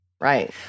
Right